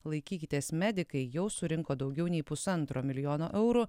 laikykitės medikai jau surinko daugiau nei pusantro milijono eurų